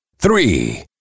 three